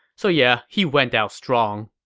so yeah, he went out strong